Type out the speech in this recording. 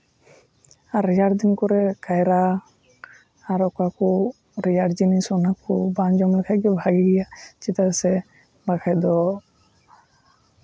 ᱟᱨ ᱨᱮᱭᱟᱲ ᱫᱤᱱ ᱠᱚᱨᱮ ᱠᱟᱭᱨᱟ ᱟᱨ ᱚᱠᱟ ᱠᱚ ᱨᱮᱭᱟᱲ ᱡᱤᱱᱤᱥ ᱚᱱᱟ ᱠᱚ ᱵᱟᱝ ᱡᱚᱢ ᱞᱮᱠᱷᱟᱱ ᱜᱮ ᱵᱷᱟᱹᱞᱤᱭᱟ ᱪᱮᱫᱟᱜ ᱥᱮ ᱵᱟᱠᱷᱟᱱ ᱫᱚ